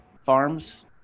Farms